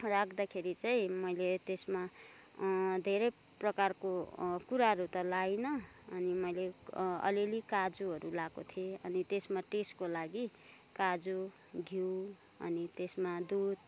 राख्दाखेरि चाहिँ मैले त्यसमा धेरै प्रकारको कुराहरू त लाइनँ अनि मैले अलिअलि काजुहरू लाएको थिएँ अनि त्यसमा टेस्टको लागि काजु घिउ अनि त्यसमा दुध